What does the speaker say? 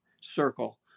circle